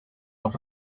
los